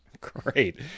Great